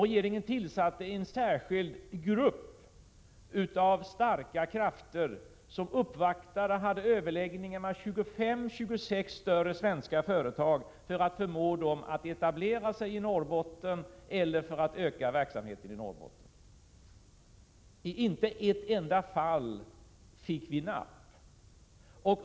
Vidare tillsatte regeringen en särskild grupp som bestod av starka krafter och som gjorde uppvaktningar och hade överläggningar med 25—26 större svenska företag i syfte att förmå dem att etablera sig i Norrbotten eller att utöka verksamhten där. Inte i ett enda fall fick vi napp.